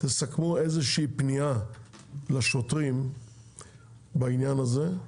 תסכמו איזושהי פנייה לשוטרים בעניין הזה.